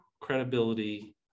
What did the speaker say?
credibility